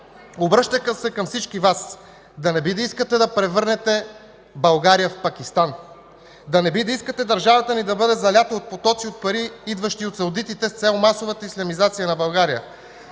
обръщам се към всички Вас, да не би да искате да превърнете България в Пакистан? Да не би да искате държавата ни да бъде залята от потоци с пари, идващи от саудитите, с цел масовата ислямизация на България?